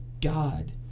God